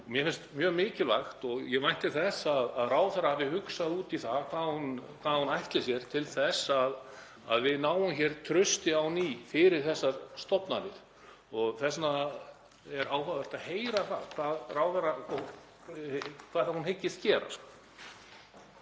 Mér finnst mjög mikilvægt og ég vænti þess að ráðherra hafi hugsað út í það hvað hún ætlar sér til þess að við náum á ný trausti á þessar stofnanir. Þess vegna er áhugavert að heyra hvað hæstv.